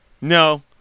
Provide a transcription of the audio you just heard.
No